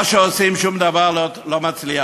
מה שעושים, שום דבר לא מצליח.